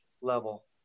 level